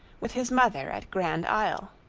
with his mother at grand isle.